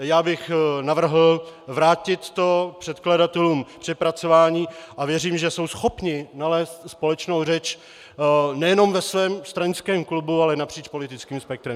Já bych navrhl vrátit to předkladatelům k přepracování a věřím, že jsou schopni nalézt společnou řeč nejenom ve svém stranickém klubu, ale i napříč politickým spektrem.